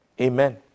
Amen